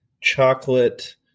chocolate